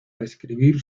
describir